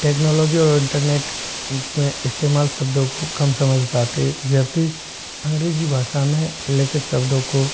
technology और internet रूप में इस्तेमाल शब्दों को कम समझ पाते हैं जब कि अंग्रेज़ी भाषा में लिखित शब्दों को